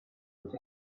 with